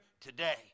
today